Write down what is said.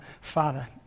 Father